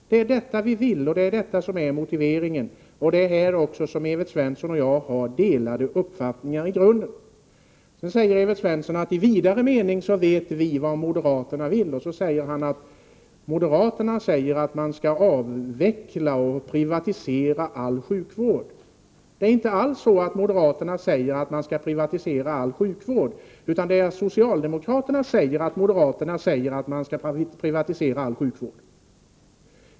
Det är detta vi vill, med de här motiveringarna. Det är också här som Evert Svensson och jag har i grunden olika uppfattningar. Evert Svensson säger: I vidare mening vet vi vad moderaterna vill. Sedan säger han att moderaterna säger att en avveckling av den offentliga vården skall genomföras och att all sjukvård skall privatiseras. Det är inte alls så, att moderaterna säger att all sjukvård skall privatiseras. Det är socialdemokraterna som säger att moderaterna säger att all sjukvård skall privatiseras.